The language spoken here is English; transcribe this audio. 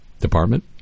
Department